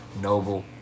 noble